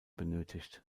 benötigt